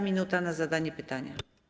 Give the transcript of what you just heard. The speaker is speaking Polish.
Minuta na zadanie pytania.